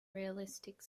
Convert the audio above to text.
realistic